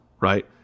right